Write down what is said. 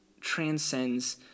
transcends